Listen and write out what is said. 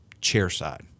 chair-side